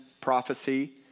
prophecy